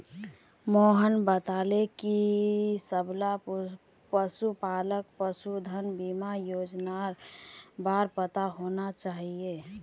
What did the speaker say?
मोहन बताले कि सबला पशुपालकक पशुधन बीमा योजनार बार पता होना चाहिए